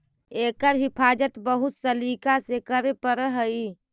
एकर हिफाज़त बहुत सलीका से करे पड़ऽ हइ